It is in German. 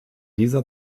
dieser